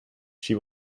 she